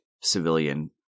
civilian